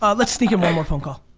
ah let's sneak in one more phone call.